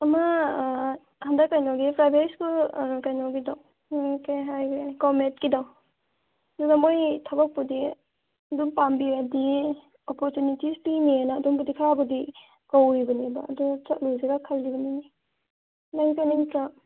ꯑꯃ ꯍꯟꯗꯛ ꯀꯩꯅꯣꯒꯤ ꯄ꯭ꯔꯥꯏꯕꯦꯠ ꯁ꯭ꯀꯨꯜ ꯀꯩꯅꯣꯒꯤꯗꯣ ꯀꯔꯤ ꯍꯥꯏꯒꯦ ꯀꯣꯃꯦꯠꯀꯤꯗꯣ ꯑꯗꯨꯗ ꯃꯣꯏ ꯊꯕꯛꯄꯨꯗꯤ ꯑꯗꯨꯝ ꯄꯥꯝꯕꯤꯔꯗꯤ ꯑꯣꯄꯣꯔꯆꯨꯅꯤꯇꯤꯁ ꯄꯤꯅꯦꯅ ꯑꯗꯨꯝꯗꯤ ꯈꯔꯕꯨꯗꯤ ꯀꯧꯔꯤꯕꯅꯦꯕ ꯑꯗꯨ ꯆꯠꯂꯨꯁꯤꯔ ꯈꯜꯂꯤꯕꯅꯤ ꯅꯪ ꯆꯠꯅꯤꯡꯗ꯭ꯔꯥ